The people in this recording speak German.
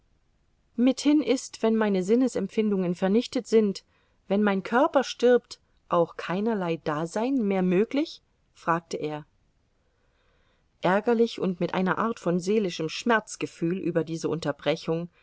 mithin ist wenn meine sinnesempfindungen vernichtet sind wenn mein körper stirbt auch keinerlei dasein mehr möglich fragte er ärgerlich und mit einer art von seelischem schmerzgefühl über diese unterbrechung